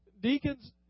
Deacons